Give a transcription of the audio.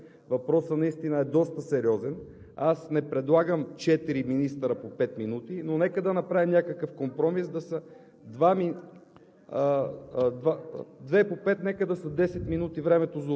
Но тъй като в днешната ситуация имаме четирима министри, които изслушваме – въпросът наистина е доста сериозен, аз не предлагам четири министъра по пет минути, но нека да направим някакъв компромис и да са две по